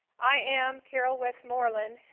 i am carol westmoreland,